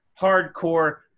hardcore